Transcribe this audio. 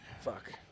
Fuck